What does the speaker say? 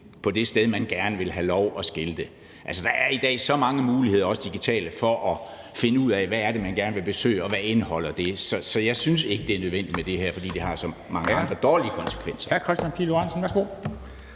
på det sted, man gerne vil have lov at skilte. Der er i dag så mange muligheder, også digitale, for at finde ud af, hvad det er, man gerne vil besøge, og hvad det indeholder. Så jeg synes ikke, det er nødvendigt med det her, fordi det har så mange andre dårlige konsekvenser.